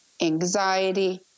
anxiety